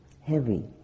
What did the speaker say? heavy